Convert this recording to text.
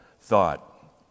thought